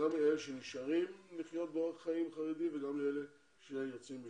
גם לאלה שנשארים לחיות באורח חיים חרדי וגם לאלה שיוצאים בשאלה,